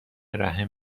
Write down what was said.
رحم